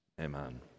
Amen